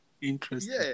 interesting